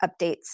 updates